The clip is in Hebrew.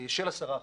של 10%,